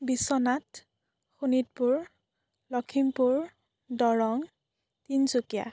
Biswanath Sonitpur Lakhimpur Darrang Tinsukia